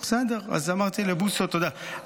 אמרתי לבוסו תודה.